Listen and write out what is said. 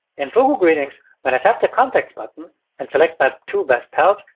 in fugu greetings, when i tap the contacts button and select my two best pals,